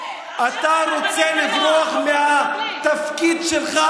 אתה רוצה לברוח מהתפקיד שלך,